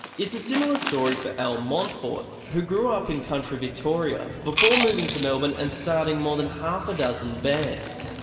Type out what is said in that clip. it's a similar story for al montfort, who grew up in country victoria before moving to melbourne and starting more than half a dozen bands.